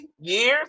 years